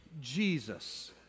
Jesus